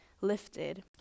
lifted